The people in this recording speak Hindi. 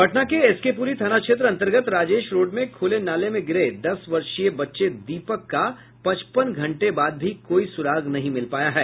पटना के एसके पूरी थाना क्षेत्र अन्तर्गत राजेश रोड में खुले नाले में गिरे दस वर्षीय बच्चे दीपक का पचपन घंटे बाद भी कोई सूराग नहीं मिल पाया है